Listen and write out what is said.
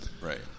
right